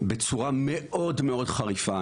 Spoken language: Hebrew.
בצורה מאוד מאוד חריפה,